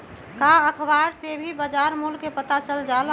का अखबार से भी बजार मूल्य के पता चल जाला?